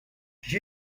j’y